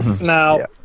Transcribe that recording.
Now